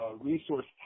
Resource